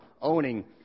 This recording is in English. owning